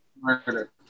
Murder